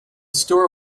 store